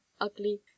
ugly